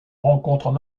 rencontrent